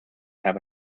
have